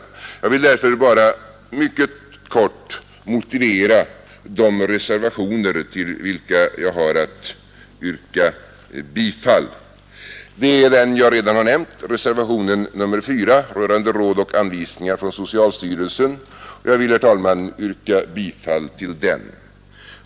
Jag vill därför bara mycket kort motivera de reservationer vid socialutskottets betänkande nr 21 till vilka jag har att yrka bifall. Det är den reservation jag redan har nämnt — reservationen 4 rörande råd och anvisningar från socialstyrelsen — och jag vill, herr talman, yrka bifall till den.